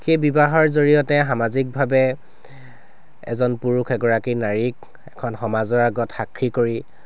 সেই বিবাহৰ জড়িয়তে সামাজিকভাৱে এজন পুৰুষ এগৰাকী নাৰীক এখন সমাজৰ আগত সাক্ষী কৰি